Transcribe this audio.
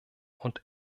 und